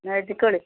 എന്നാൽ എഴുതിക്കോളി